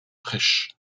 prêches